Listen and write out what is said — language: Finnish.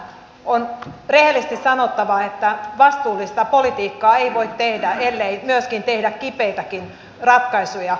on rehellisesti sanottava että vastuullista politiikkaa ei voi tehdä ellei myöskin tehdä kipeitäkin ratkaisuja